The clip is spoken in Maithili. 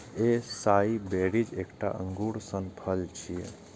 एसाई बेरीज एकटा अंगूर सन फल छियै